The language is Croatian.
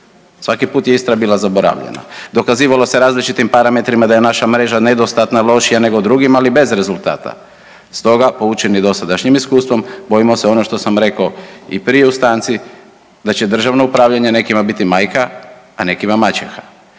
Svaki put je Istra bila zaboravljena. Dokazivalo se različitim parametrima da je naša mreža nedostatna, lošija nego u drugima, ali bez rezultata. Stoga poučeni dosadašnjim iskustvom bojimo se ono što sam rekao i prije u stanci da će državno upravljanje nekima biti majka, a nekima maćeha.